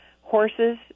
horses